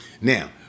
Now